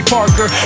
Parker